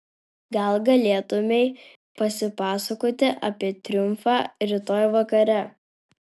gal galėtumei pasipasakoti apie triumfą rytoj vakare